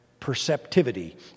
perceptivity